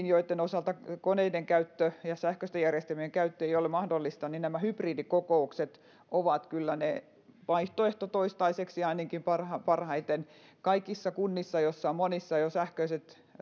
joitten osalta koneiden käyttö ja ja sähköisten järjestelmien käyttö ei ole ole mahdollista nämä hybridikokoukset ovat kyllä se vaihtoehto toistaiseksi ainakin parhaiten kaikissa kunnissa joissa monissa ovat sähköiset